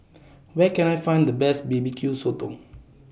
Where Can I Find The Best B B Q Sotong